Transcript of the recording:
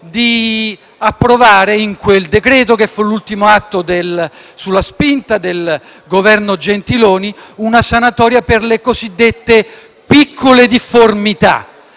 di approvare, in quel provvedimento, che fu l’ultimo atto sulla spinta del Governo Gentiloni Silveri, una sanatoria per le cosiddette piccole difformità.